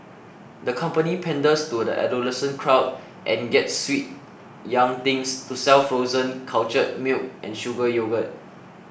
the company panders to the adolescent crowd and gets sweet young things to sell frozen cultured milk and sugar yogurt